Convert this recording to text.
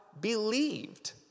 believed